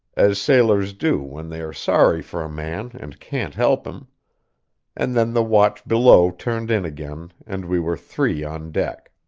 as sailors do when they are sorry for a man and can't help him and then the watch below turned in again, and we were three on deck.